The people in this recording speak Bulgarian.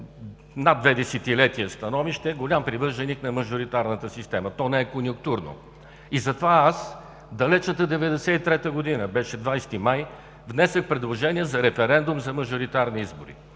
над две десетилетия, голям привърженик на мажоритарната система, то не е конюнктурно. Затова в далечната 1993 г., беше 20 май, внесох предложение за референдум за мажоритарни избори.